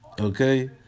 okay